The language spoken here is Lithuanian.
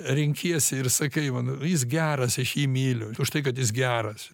renkiesi ir sakai van jis geras aš jį myliu už tai kad jis geras